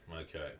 Okay